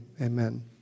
Amen